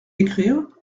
écrire